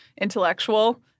intellectual